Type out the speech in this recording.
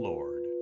Lord